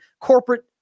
corporate